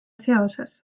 seoses